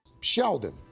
Sheldon